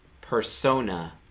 persona